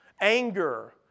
anger